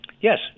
yes